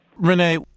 Renee